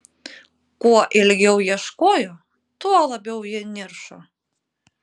kuo ilgiau ieškojo tuo labiau ji niršo